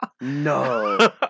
No